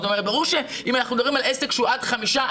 ברור שאם אנחנו מדברים על עסק שהוא עד חמישה,